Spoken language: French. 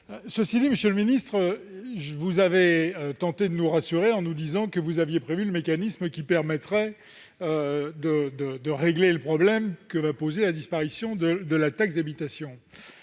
Cela dit, monsieur le ministre, vous avez tenté de nous rassurer en nous disant que vous aviez prévu le mécanisme qui permettrait de régler le problème que va poser la disparition de la taxe d'habitation.